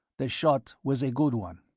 the shot was a good one.